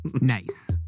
Nice